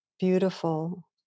Beautiful